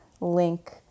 link